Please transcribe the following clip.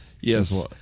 Yes